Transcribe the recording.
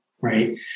right